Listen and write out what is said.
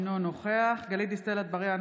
אינו נוכח גלית דיסטל אטבריאן,